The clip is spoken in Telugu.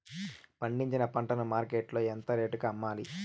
పండించిన పంట ను మార్కెట్ లో ఎంత రేటుకి అమ్మాలి?